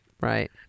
Right